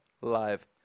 Live